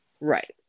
Right